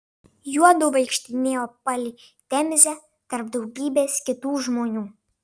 juodu vaikštinėjo palei temzę tarp daugybės kitų žmonių